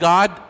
God